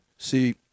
See